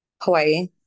Hawaii